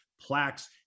plaques